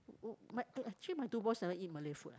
oh my actually my two boys never eat Malay food